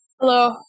Hello